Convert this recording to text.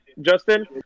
Justin